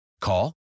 Call